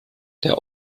der